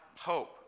hope